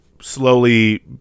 slowly